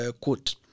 quote